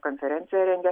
konferenciją rengia